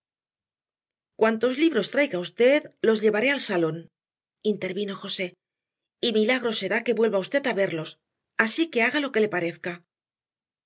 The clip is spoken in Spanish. cuantos libros traiga usted los llevaré al salón intervino josé y milagro será que vuelva usted a verlos así que haga lo que le parezca